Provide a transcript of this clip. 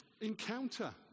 encounter